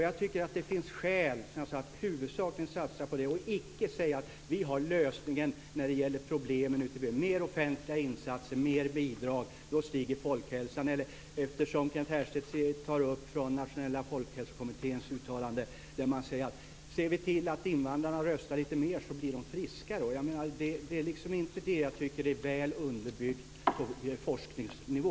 Jag tycker att det finns skäl att huvudsakligen satsa på detta och icke säga: Vi har lösningen när det gäller dessa problem - med mer offentliga insatser och mer bidrag stiger folkhälsan. Kent Härstedt tar också upp Nationella folkhälsokommitténs uttalande: Ser vi till att invandrarna röstar lite mer blir de friskare. Det är sådant jag liksom inte tycker är väl underbyggt på forskningsnivå.